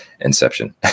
inception